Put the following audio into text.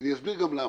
ואני אסביר למה.